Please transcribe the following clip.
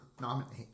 nominate